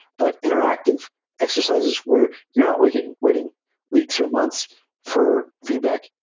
but interactive exercises were you're not waiting waiting weeks or months for feedback.